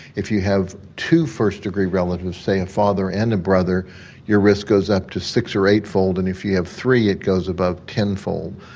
if you have two first degree relatives say a father and a brother your risk goes up to six or eightfold and if you have three it goes above tenfold.